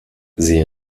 sie